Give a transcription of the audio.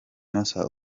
nossa